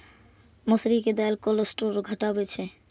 मौसरी के दालि कोलेस्ट्रॉल घटाबै छै